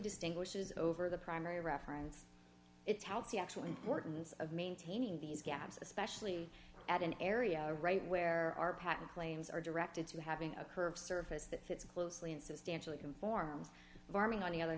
distinguishes over the primary reference it's how it's the actual importance of maintaining these gaps especially at an area right where our patent claims are directed to having a curved surface that fits closely and substantially conforms farming on the other